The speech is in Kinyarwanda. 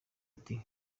ati